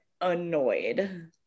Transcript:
annoyed